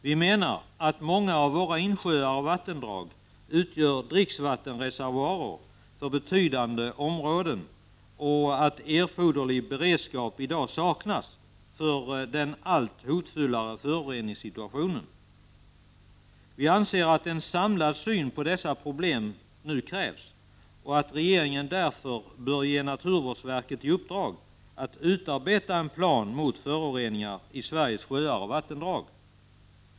Vi menar att många av våra insjöar och vattendrag utgör dricksvattensreservoarer för betydande områden och att erforderlig beredskap i dag saknas för den allt hotfullare föroreningssituationen. Vi anser att en samlad syn på dessa problem nu krävs och att regeringen därför bör ge naturvårdsverket i uppdrag att utarbeta en plan mot föroreningar i Sveriges sjöar och vattendrag.